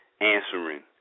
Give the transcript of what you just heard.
answering